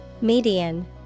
Median